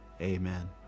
Amen